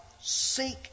seek